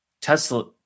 Tesla